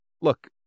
look